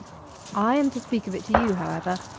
i am to speak of it to you, however,